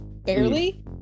barely